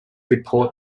report